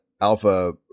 Alpha